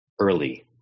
early